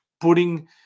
putting